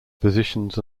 positions